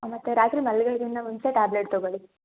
ಮತ್ತು ರಾತ್ರೆ ಮಲ್ಗೋಕಿನ್ನ ಮುಂಚೆ ಟ್ಯಾಬ್ಲೆಟ್ ತೊಗೊಳ್ಳಿ